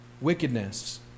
wickedness